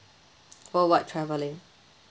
worldwide travelling